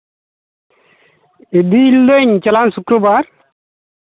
ᱤᱫᱤ ᱞᱤᱫᱟᱹᱧ ᱪᱟᱞᱟᱣᱮᱱ ᱥᱩᱠᱨᱚᱵᱟᱨ